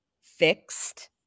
fixed